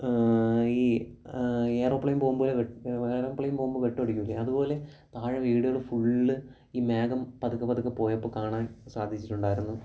ഈ ഏറോപ്ലെയ്ൻ പോകുംപോലെ ഏറോപ്ലെയ്ൻ പോകുമ്പോൾ വെട്ടം അടിക്കില്ലെ അതുപോലെ താഴെ വീടുകൽ ഫുള്ള് ഈ മേഘം പതുക്കെപ്പതുക്കെ പോയപ്പോൾ കാണാൻ സാധിച്ചിട്ടുണ്ടായിരുന്നു